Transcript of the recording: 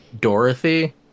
dorothy